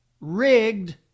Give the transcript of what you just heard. rigged